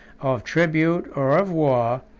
of tribute or of war,